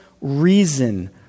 reason